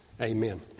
amen